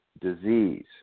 disease